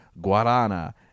guarana